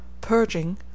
purging